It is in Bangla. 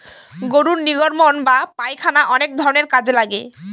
গরুর নির্গমন বা পায়খানা অনেক ধরনের কাজে লাগে